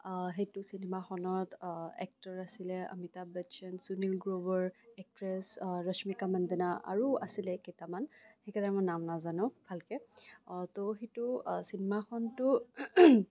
সেইটো চিনেমাখনত এক্টৰ আছিলে অমিতাভ বচ্চন সুনীল গ্ৰোভৰ এক্ট্ৰেছ ৰশ্মিকা মান্দানা আৰু আছিলে কেইটামান সেইকেইটা মই নাম নাজানো ভালকে ত' চিনেমাখনটো